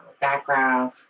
background